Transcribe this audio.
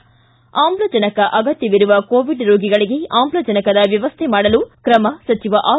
ಿ ಆಮ್ಲಜನಕ ಅಗತ್ಯವಿರುವ ಕೊವಿಡ್ ರೋಗಿಗಳಿಗೆ ಆಮ್ಲಜನಕದ ವ್ಯವಸ್ಥೆ ಮಾಡಲು ಕ್ರಮ ಸಚಿವ ಆರ್